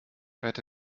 wette